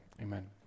amen